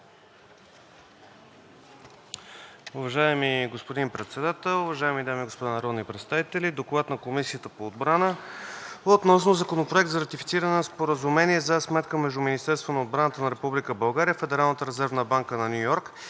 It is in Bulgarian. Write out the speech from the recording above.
Уважаеми господин Председател, уважаеми дами и господа народни представители! „ДОКЛАД на Комисията по отбрана относно Законопроект за ратифициране на Споразумение за сметка между Министерството на отбраната на Република